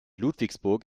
ludwigsburg